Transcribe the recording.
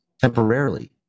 temporarily